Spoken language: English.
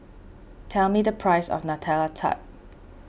tell me the price of Nutella Tart